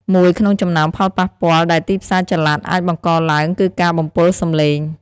មួយក្នុងចំណោមផលប៉ះពាល់ដែលទីផ្សារចល័តអាចបង្កឡើងគឺការបំពុលសំឡេង។